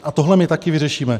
A tohle my taky vyřešíme.